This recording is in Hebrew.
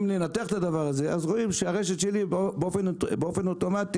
אם ננתח את זה אז רואים שהרשת שלי באופן אוטומטי,